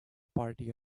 party